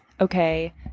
okay